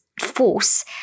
force